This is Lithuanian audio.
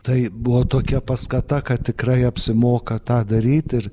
tai buvo tokia paskata kad tikrai apsimoka tą daryt ir